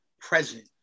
present